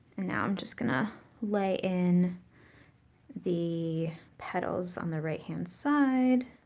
now i'm just gonna lay in the petals on the right-hand side